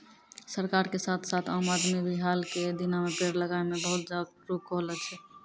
सरकार के साथ साथ आम आदमी भी हाल के दिनों मॅ पेड़ लगाय मॅ बहुत जागरूक होलो छै